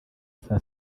saa